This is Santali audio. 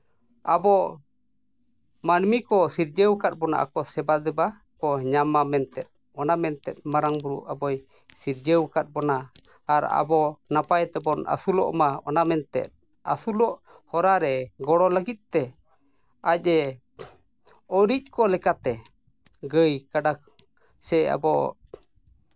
ᱟᱵᱚ ᱢᱟᱹᱱᱢᱤ ᱠᱚ ᱥᱤᱨᱡᱟᱹᱣ ᱠᱟᱜ ᱵᱚᱱᱟ ᱟᱠᱚ ᱥᱮᱵᱟ ᱫᱮᱵᱟ ᱠᱚ ᱧᱟᱢᱼᱢᱟ ᱢᱮᱱᱛᱮ ᱚᱱᱟ ᱢᱮᱱᱛᱮ ᱢᱟᱨᱟᱝ ᱵᱩᱨᱩ ᱟᱵᱚᱭ ᱥᱤᱨᱡᱟᱹᱣ ᱟᱠᱟᱫ ᱵᱚᱱᱟ ᱟᱨ ᱟᱵᱚ ᱱᱟᱯᱟᱭ ᱛᱮᱵᱚᱱ ᱟᱹᱥᱩᱞᱚᱜ ᱢᱟ ᱚᱱᱟ ᱢᱮᱱᱛᱮ ᱟᱹᱥᱩᱞᱚᱜ ᱦᱚᱨᱟᱨᱮ ᱜᱚᱲᱚ ᱞᱟᱹᱜᱤᱫᱛᱮ ᱟᱡᱼᱮ ᱩᱨᱤᱡ ᱠᱚ ᱞᱮᱠᱟᱛᱮ ᱜᱟᱹᱭ ᱠᱟᱰᱟ ᱠᱚ ᱥᱮ ᱟᱵᱚ